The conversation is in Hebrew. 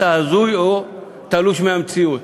אתה הזוי או תלוש מהמציאות?